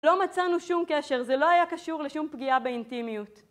לא מצאנו שום קשר, זה לא היה קשור לשום פגיעה באינטימיות